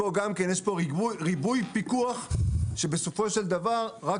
פה יש ריבוי פיקוח שבסופו של דבר רק